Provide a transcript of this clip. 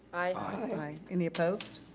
aye. any opposed?